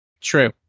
True